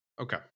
Okay